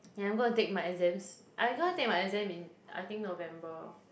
and I'm gonna take my exams I'm gonna take my exams in I think November